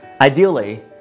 Ideally